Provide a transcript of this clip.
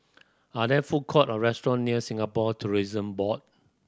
are there food court or restaurant near Singapore Tourism Board